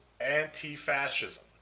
anti-fascism